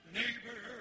neighbor